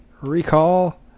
recall